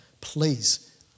please